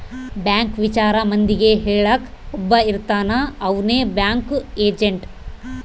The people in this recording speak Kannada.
ಬ್ಯಾಂಕ್ ವಿಚಾರ ಮಂದಿಗೆ ಹೇಳಕ್ ಒಬ್ಬ ಇರ್ತಾನ ಅವ್ನೆ ಬ್ಯಾಂಕ್ ಏಜೆಂಟ್